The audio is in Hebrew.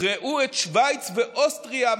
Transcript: ראו את שווייץ ואוסטריה,